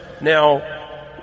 Now